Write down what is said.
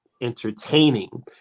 entertaining